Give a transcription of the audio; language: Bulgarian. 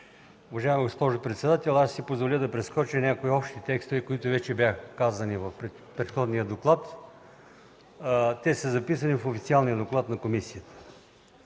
представители и гости! Ще си позволя да прескоча някои общи текстове, които вече бяха казани в предходния доклад. Те са записани в официалния доклад на комисията.